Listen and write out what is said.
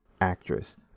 actress